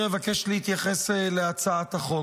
אבקש להתייחס להצעת החוק.